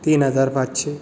तीन हजार पांचशें